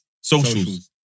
socials